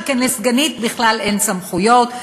שכן לסגנית בכלל אין סמכויות,